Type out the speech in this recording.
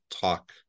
talk